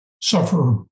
suffer